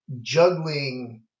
juggling